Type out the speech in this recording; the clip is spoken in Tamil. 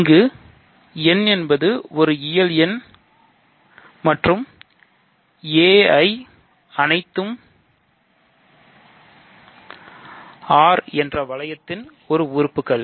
இங்கு n என்பது ஒரு இயல் எண் மற்றும் a i அனைத்தும் R என்ற வளையத்தின் ஒரு உறுப்புக்கள்